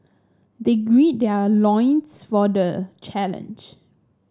they gird their loins for the challenge